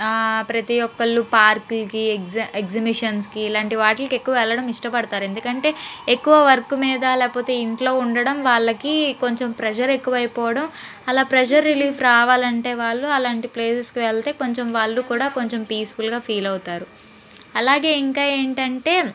ప్రతి ఒక్కళ్ళు పార్కులకి ఎగ్జ ఎగ్జిబిషన్స్కి ఇలాంటి వాటిలకి ఎక్కువగా వెళ్లడం ఇష్టపడతారు ఎందుకంటే ఎక్కువ వర్క్ మీద ఇంట్లో ఉండడం వాళ్లకి కొంచెం ప్రెషర్ ఎక్కువైపోవడం అలా ప్రషర్ రిలీఫ్ రావాలంటే వాళ్ళు అలాంటి ప్లేసస్కి వెళితే కొంచెం వాళ్లకి కూడా కొంచెం పీస్ఫుల్గా ఫీల్ అవుతారు అలాగే ఇంకా ఏంటంటే